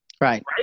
Right